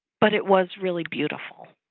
but it was really beautiful.